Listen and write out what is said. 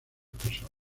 personas